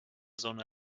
sonne